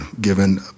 given